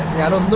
that um the